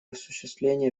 осуществления